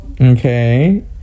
okay